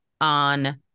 on